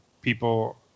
People